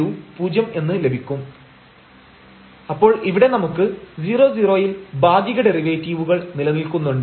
fx 0 0lim┬Δx→0 ⁡〖fΔx 0 f0 0Δx〗0 fy 0 0lim┬Δy→0 ⁡〖f0 Δy f0 0Δy〗0 അപ്പോൾ ഇവിടെ നമുക്ക് 00 ൽ ഭാഗിക ഡെറിവേറ്റീവുകൾ നിലനിൽക്കുന്നുണ്ട്